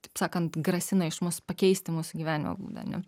taip sakant grasina iš mus pakeisti mūsų gyvenimo būdą ane